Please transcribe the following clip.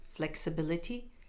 flexibility